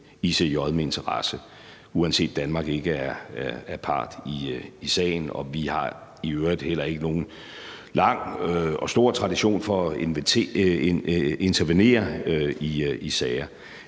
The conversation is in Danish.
ved ICJ med interesse, uanset at Danmark ikke er part i sagen. Og vi har i øvrigt heller ikke nogen lang og stor tradition for at intervenere i sager.